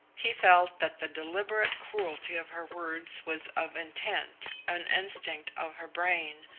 he felt that the deliberate cruelty of her words was of intent, an instinct of her brain,